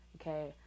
okay